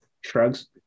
Shrugs